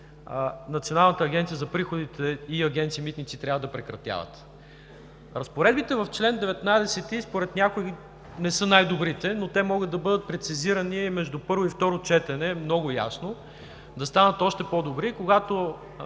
Националната агенция за приходите и Агенция „Митници“ трябва да прекратяват. Разпоредбите в чл. 19 според някои не са най-добрите, но те могат да бъдат прецизирани между първо и второ четене много ясно, да станат още по-добри, когато